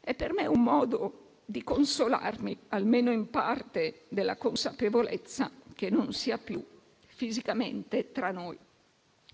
è per me un modo di consolarmi, almeno in parte, della consapevolezza che non sia più fisicamente tra noi.